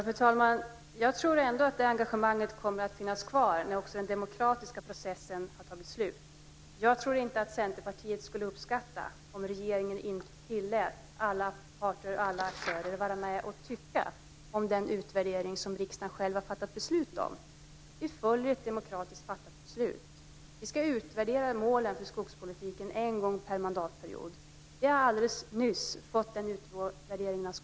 Fru talman! Jag tror att det engagemanget kommer att finnas kvar när den demokratiska processen är slutförd. Jag tror inte att Centerpartiet skulle uppskatta om regeringen inte tillät alla parter och aktörer att vara med och tycka om den utvärdering som riksdagen själv har fattat beslut om. Vi följer ett demokratiskt fattat beslut. Vi ska utvärdera målen för skogspolitiken en gång per mandatperiod. Skogsstyrelsen har alldeles nyss gjort en utvärdering.